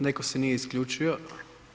Netko se nije isključio.